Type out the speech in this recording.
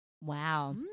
Wow